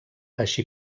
així